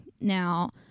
Now